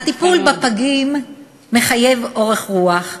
הטיפול בפגים מחייב אורך רוח,